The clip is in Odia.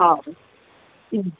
ହଉ ହୁଁ